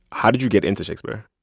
how did you get into shakespeare?